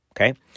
okay